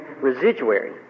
residuary